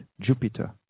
Jupiter